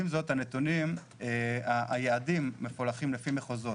עם זאת, היעדים מפולחים לפי מחוזות